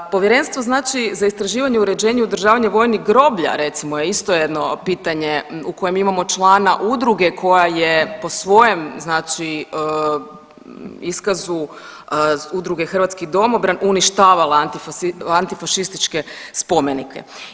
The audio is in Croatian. Povjerenstvo znači za istraživanje, uređenje i održavanje vojnih groblja recimo je isto jedno pitanje u kojemu imamo člana udruge koja je po svojem iskazu Udruge hrvatski domobran uništavala antifašističke spomenike.